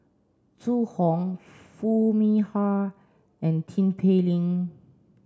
Zhu Hong Foo Mee Har and Tin Pei Ling